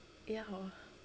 ya hor